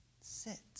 Sit